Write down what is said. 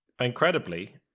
Incredibly